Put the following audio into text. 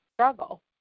struggle